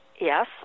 yes